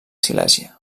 silèsia